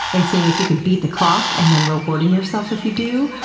and seeing if you can beat the clock, and then rewarding yourself if you do.